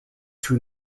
two